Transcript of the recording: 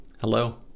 Hello